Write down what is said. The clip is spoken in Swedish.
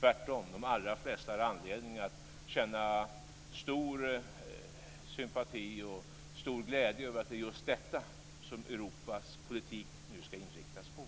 Tvärtom har de flesta anledning att känna stor sympati och glädje över att det är just detta som Europas politik nu ska inriktas på.